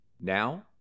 Now